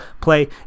play